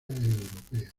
europea